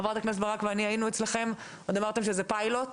וחברת הכנסת ברק היינו אצלכם אמרתם שזה פיילוט.